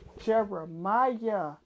Jeremiah